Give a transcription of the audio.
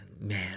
man